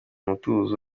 umutuzo